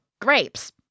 grapes